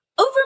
over